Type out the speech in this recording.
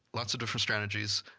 lots of different strategies.